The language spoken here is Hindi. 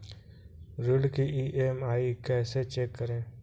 ऋण की ई.एम.आई कैसे चेक करें?